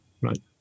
Right